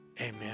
Amen